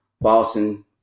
Boston